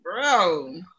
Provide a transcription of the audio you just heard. bro